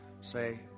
say